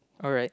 alright